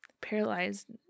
Paralyzed